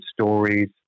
stories